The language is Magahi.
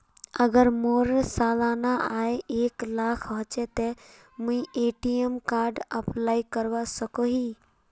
अगर मोर सालाना आय एक लाख होचे ते मुई ए.टी.एम कार्ड अप्लाई करवा सकोहो ही?